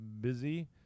busy